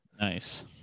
Nice